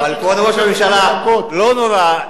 אבל, כבוד ראש הממשלה, לא נורא.